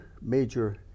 major